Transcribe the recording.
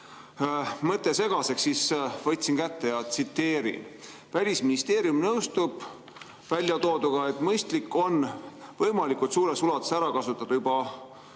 jääks segaseks, siis võtan kätte ja tsiteerin: "Välisministeerium nõustub VTK‑s väljatooduga, et mõistlik on võimalikult suures ulatuses ära kasutada juba